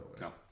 No